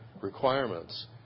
requirements